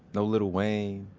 no lil wayne,